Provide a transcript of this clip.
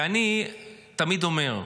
ואני תמיד אומר: